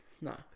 No